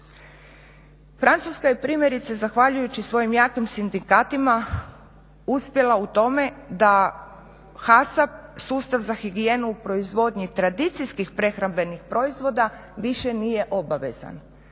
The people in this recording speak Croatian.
Francuska je primjerice zahvaljujući svojim jakim sindikatima uspjela u tome da HASAP, sustav za higijenu u proizvodnji tradicijskih prehrambenih proizvoda više nije obavezan.